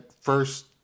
first